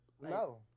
No